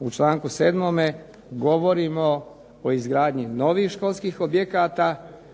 U članku 7. govorimo o izgradnji novih školskih objekata,